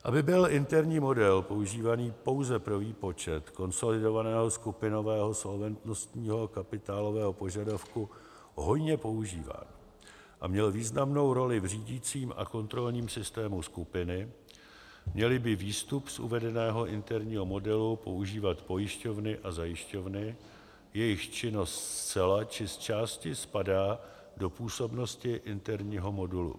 Aby byl interní model používaný pouze pro výpočet konsolidovaného skupinového solventnostního kapitálového požadavku hojně používán a měl významnou roli v řídicím a kontrolním systému skupiny, měly by výstup z uvedeného interního modelu používat pojišťovny a zajišťovny, jejichž činnost zcela či zčásti spadá do působnosti interního modelu.